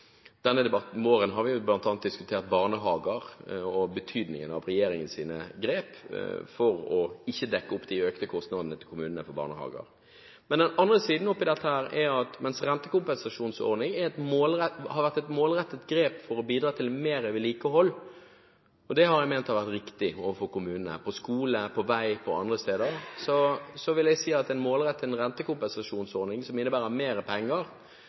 Denne våren har vi bl.a. diskutert barnehager og betydningen av regjeringens grep for ikke å dekke opp de økte kostnadene til kommunene for barnehager. Den andre siden av dette er at rentekompensasjonsordning har vært et målrettet grep for å bidra til mer vedlikehold – og det har jeg ment har vært riktig overfor kommunene, på skole, på vei og andre steder. Men jeg vil jeg si at en målrettet rentekompensasjonsordning som innebærer mer penger